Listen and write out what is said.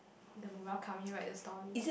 the moral come in right the story